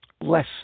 less